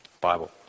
Bible